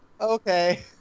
okay